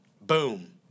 Boom